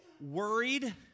worried